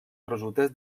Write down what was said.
resultés